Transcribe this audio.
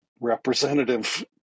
representative